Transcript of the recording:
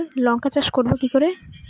লঙ্কা চাষ করব কি করে?